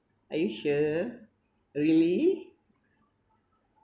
are you sure really